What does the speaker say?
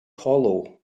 hollow